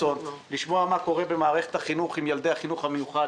-- לשמוע מה קורה במערכת החינוך עם ילדי החינוך המיוחד,